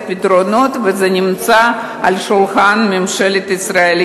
פתרונות וזה נמצא על שולחן ממשלת ישראל.